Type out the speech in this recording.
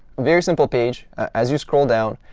very simple page. as you scroll down,